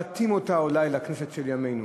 להתאים אותה אולי לכנסת של ימינו.